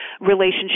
relationship